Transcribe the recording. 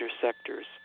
sectors